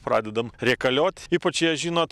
pradedam rėkaliot ypač jie žinot